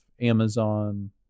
Amazon